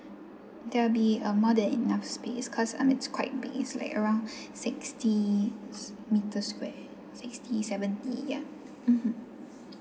there'll be uh more than enough space because um it's quite big it's like around sixty metre square sixty seventy ya mmhmm